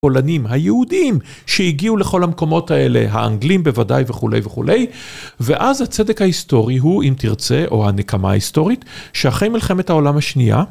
פולנים, היהודים שהגיעו לכל המקומות האלה, האנגלים בוודאי וכו' וכו' ואז הצדק ההיסטורי הוא אם תרצה או הנקמה ההיסטורית שאחרי מלחמת העולם השנייה.